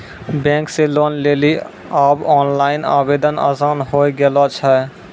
bank से loan लेली आब ओनलाइन आवेदन आसान होय गेलो छै